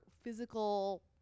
physical